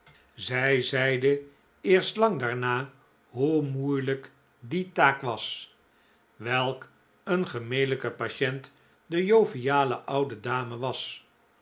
zij zeide eerst lang daarna hoe moeilijk die taak was welk een gemelijke patient de joviale oude dame was